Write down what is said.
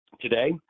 Today